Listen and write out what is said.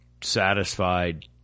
satisfied